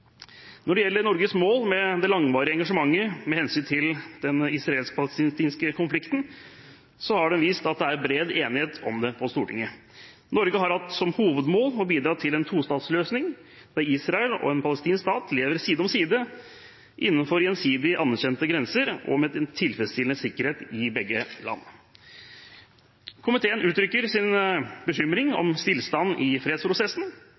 Når det gjelder Norges mål med det langvarige engasjementet med hensyn til den israelsk-palestinske konflikten, har det vist seg at det er bred enighet om det på Stortinget. Norge har hatt som hovedmål å bidra til en tostatsløsning, der Israel og en palestinsk stat lever side om side innenfor gjensidig anerkjente grenser og med en tilfredsstillende sikkerhet i begge landene. Komiteen uttrykker bekymring om stillstanden i fredsprosessen,